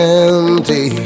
empty